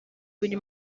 buri